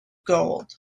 gold